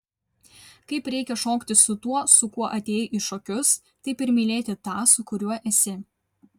kaip reikia šokti su tuo su kuo atėjai į šokius taip ir mylėti tą su kuriuo esi